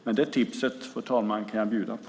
Men det tipset, fru talman, kan jag bjuda på.